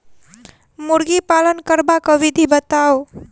मुर्गी पालन करबाक विधि बताऊ?